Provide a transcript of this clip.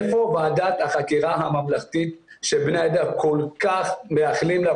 איפה ועדת החקירה הממלכתית שבני העדה כל כך מייחלים לה,